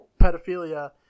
pedophilia